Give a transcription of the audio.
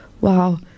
wow